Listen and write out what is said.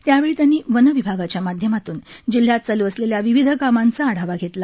यावेळी त्यांनी वन विभागाच्या माध्यमातून जिल्ह्यात चालू असलेल्या विविध कामांचा आढावा घेतला